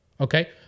Okay